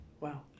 Wow